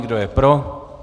Kdo je pro?